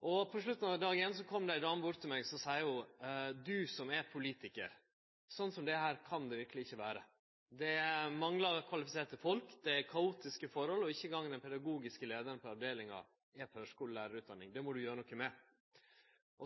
På slutten av dagen kom det ei dame bort til meg. Så sa ho: Du som er politikar – sånn som dette kan det verkeleg ikkje vere. Det manglar kvalifiserte folk, det er kaotiske forhold, og ikkje eingong den pedagogiske leiaren på avdelinga har førskulelærarutdanning. Det må du gjere noko med.